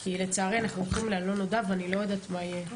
כי לצערי אנחנו הולכים ללא נודע ואני לא יודעת מה יהיה.